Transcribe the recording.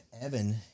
Evan